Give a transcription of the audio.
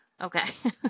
Okay